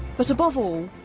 but, above all,